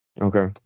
Okay